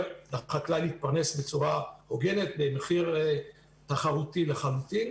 לחקלאי להתפרנס בצורה הוגנת במחיר תחרותי לחלוטין.